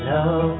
Love